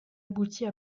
aboutit